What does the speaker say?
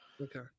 Okay